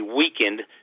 weakened